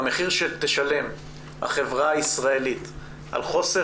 והמחיר שתשלם החברה הישראלית על חוסר